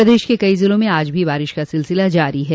प्रदेश के कई जिलों में आज भी बारिश का सिलसिला जारी है